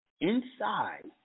inside